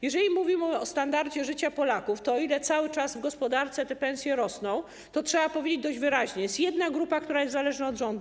Jeżeli mówimy o standardzie życia Polaków, to o ile cały czas w gospodarce te pensje rosną, o tyle trzeba powiedzieć dość wyraźnie: jest jedna grupa, która jest zależna od rządu.